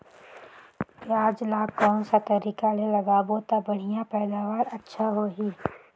पियाज ला कोन सा तरीका ले लगाबो ता बढ़िया पैदावार अच्छा होही?